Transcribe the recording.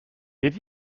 did